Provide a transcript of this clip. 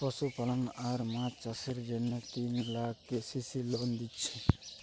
পশুপালন আর মাছ চাষের জন্যে তিন লাখ কে.সি.সি লোন দিচ্ছে